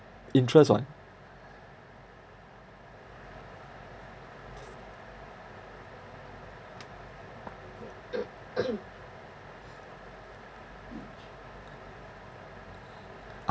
interest [what]